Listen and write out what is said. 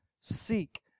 seek